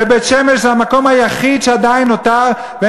בית-שמש זה המקום היחיד שנותר עדיין,